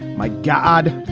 my god.